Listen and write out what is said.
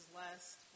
last